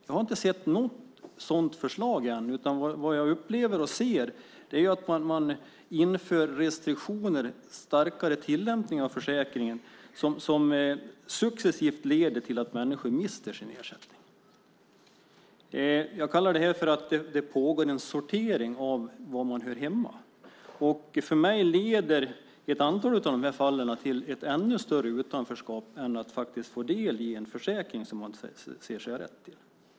Jag har inte sett något sådant förslag än, utan vad jag upplever och ser är att man inför restriktioner och en striktare tillämpning som successivt leder till att människor mister sin ersättning. Jag kallar det för att det pågår en sortering av var man hör hemma. Som det verkar för mig leder ett antal av de här fallen till ett ännu större utanförskap i stället för att få del i en försäkring som man anser sig ha rätt till.